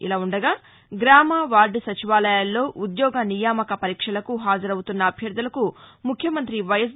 ఇలా ఉండగా గ్రామ వార్డు సచివాలయాల్లో ఉద్యోగ నియామక పరీక్షలకు హారజవుతున్న అభ్యర్దులకు ముఖ్యమంతి వైఎస్